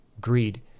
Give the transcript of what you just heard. greed